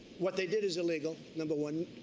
what they did is illegal, number one.